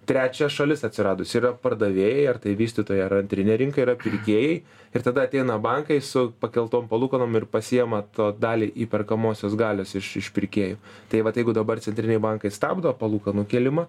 trečia šalis atsiradus yra pardavėjai ar tai vystytojai ar antrinė rinka yra pirkėjai ir tada ateina bankai su pakeltom palūkanom ir pasiema to dalį į perkamosios galios iš iš pirkėjų tai vat jeigu dabar centriniai bankai stabdo palūkanų kėlimą